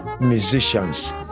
musicians